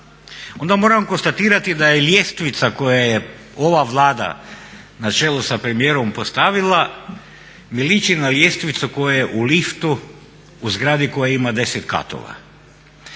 onda moram konstatirati da je ljestvica koja je ova Vlada na čelu sa premijerom postavila mi liči na ljestvicu koja je u liftu u zgradi koja ima 10 katova.